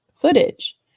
footage